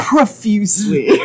Profusely